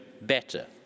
better